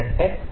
0